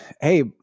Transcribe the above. Hey